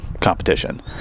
Competition